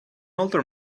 older